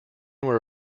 were